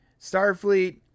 Starfleet